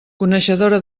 coneixedora